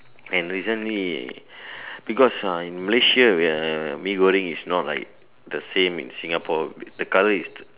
and recently because uh in Malaysia we are Mee-Goreng is not like the same in Singapore the color is